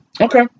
Okay